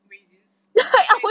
raisin grapes